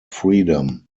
freedom